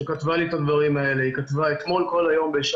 שכתבה לי את הדברים האלה: "אתמול כל היום ב...